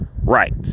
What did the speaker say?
right